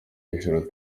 hejuru